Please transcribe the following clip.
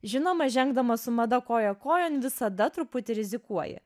žinoma žengdamas su mada koja kojon visada truputį rizikuoji